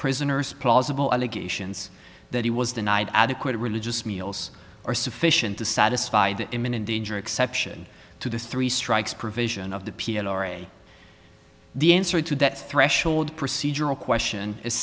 prisoner's plausible allegations that he was denied adequate religious meals are sufficient to satisfy the imminent danger exception to the three strikes provision of the p l r a the answer to that threshold procedural question i